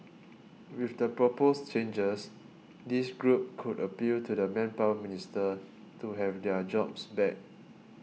with the proposed changes this group could appeal to the Manpower Minister to have their jobs back